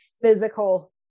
physical